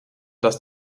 das